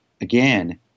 again